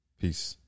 peace